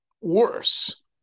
worse